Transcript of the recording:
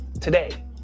today